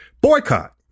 Boycott